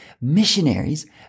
Missionaries